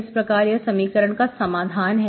इस प्रकार यह समीकरण का समाधान है